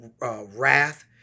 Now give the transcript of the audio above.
wrath